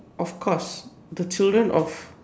of course the children of